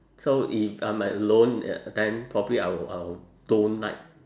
so if I'm alone then probably I will I'll don't like